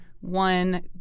one